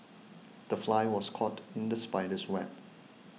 the fly was caught in the spider's web